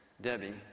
Debbie